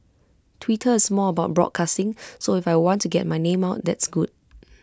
Twitter is more about broadcasting so if I want to get my name out that's good